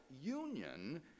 union